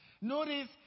Notice